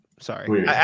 Sorry